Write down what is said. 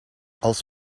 als